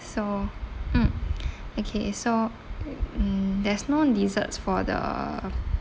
so mm okay so mm there's no desserts for the